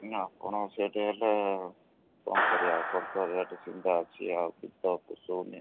ନା ଆପଣ ସେଇଟା ହେଲେ କ'ଣ କରିବା ଆମର୍ ତ ରେଟ୍ ସେମିତିଆ ଅଛି ଆଉ କିଛି ତ ପୋଷଉନି